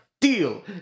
deal